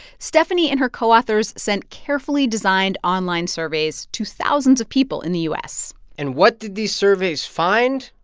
stefanie and her co-authors sent carefully designed online surveys to thousands of people in the u s and what did these surveys find?